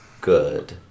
good